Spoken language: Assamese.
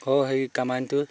আৰু সেই কামানিতো